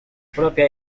propia